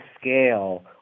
scale